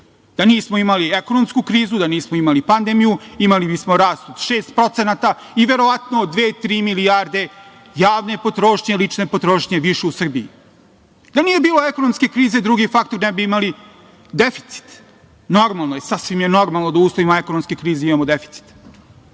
Da nismo imali ekonomsku krizu, da nismo imali pandemiju, imali bismo rast od 6% i verovatno dve, tri milijarde javne potrošnje, lične potrošnje više u Srbiji. Da nije bilo ekonomske krize drugi faktor ne bi imali deficit. Normalno je, sasvim je normalno da u uslovima ekonomske krize imamo deficit.